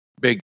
big